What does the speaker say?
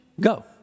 go